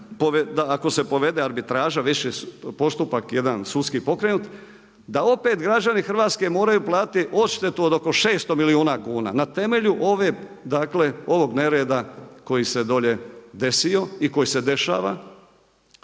ako se povede arbitraža, postupak jedan sudski pokrenut, da opet građani Hrvatske moraju platiti odštetu od oko 600 milijuna kuna, na temelju ovog nereda koji se dolje desio i koji se dešava,